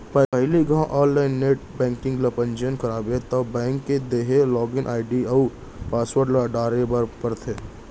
पहिली घौं online net banking ल पंजीयन करबे तौ बेंक के देहे लागिन आईडी अउ पासवर्ड ल डारे बर परथे